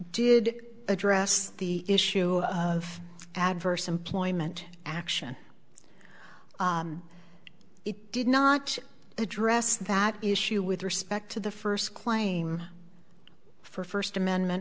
did address the issue of adverse employment action it did not address that issue with respect to the first claim for first amendment